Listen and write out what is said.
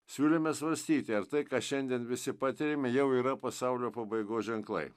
siūlėme svarstyti ar tai ką šiandien visi patiriame jau yra pasaulio pabaigos ženklai